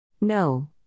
No